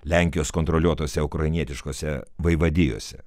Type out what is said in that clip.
lenkijos kontroliuotose ukrainietiškose vaivadijose